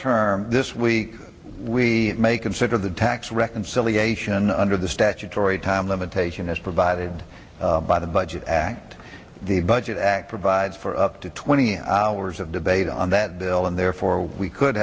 term this week we may consider the tax reconciliation under the statutory time limitation as provided by the budget act the budget act provides for up to twenty hours of debate on that bill and therefore we could